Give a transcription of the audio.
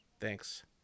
Thanks